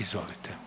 Izvolite.